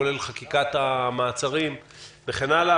כולל חקיקת המעצרים וכן הלאה,